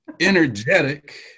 energetic